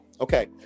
Okay